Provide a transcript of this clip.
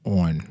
on